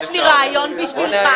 יש לי רעיון בשבילך.